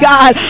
God